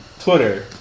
Twitter